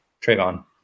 Trayvon